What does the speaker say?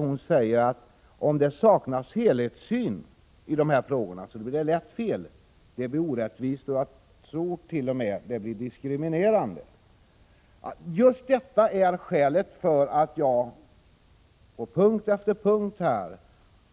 Hon säger, att om det saknas en helhetssyn i dessa frågor blir det lätt fel, orättvist och t.o.m. diskriminerande. Just detta är skälet till att jag på punkt efter punkt